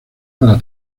para